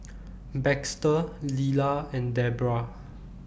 Baxter Lilla and Debbra